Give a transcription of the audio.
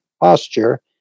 posture